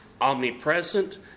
omnipresent